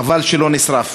חבל שלא נשרף".